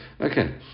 Okay